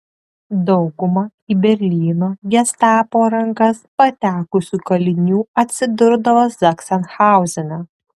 dauguma į berlyno gestapo rankas patekusių kalinių atsidurdavo zachsenhauzene